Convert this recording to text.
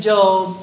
Job